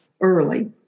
early